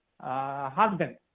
husband